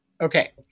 Okay